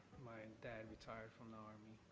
my dad retired from the army.